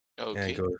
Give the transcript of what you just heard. Okay